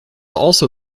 also